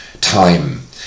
time